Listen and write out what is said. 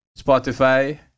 Spotify